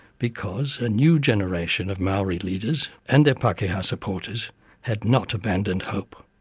because a new generation of maori leaders and their pakeha supporters had not abandoned hope.